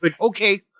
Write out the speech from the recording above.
okay